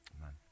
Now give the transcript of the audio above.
Amen